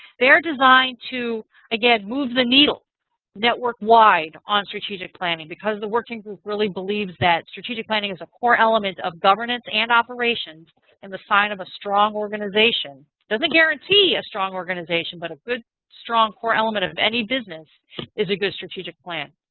they are designed to again move the needle network-wide on strategic planning. because the work and group really believes that strategic planning is a key element of governance and operations and a sign of a strong organization. doesn't guarantee a strong organization, but a good strong core element of any business is a good strategic plan.